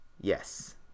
Yes